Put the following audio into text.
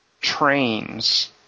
trains